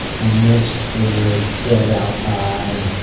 and this is filled out by